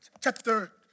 chapter